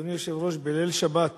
אדוני היושב-ראש, בליל שבת